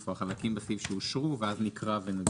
או החלקים בסעיף שאושרו ואז נקרא ונצביע.